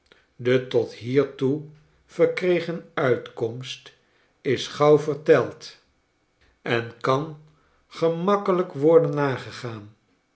de tot hierloe verkregen uitkomst is gauw verteld en kan gemakkelijk worden nagegaan